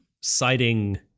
citing –